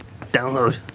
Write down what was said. download